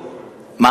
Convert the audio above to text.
כוחול.